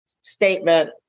statement